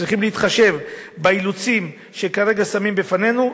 צריכים להתחשב באילוצים שכרגע שמים בפנינו.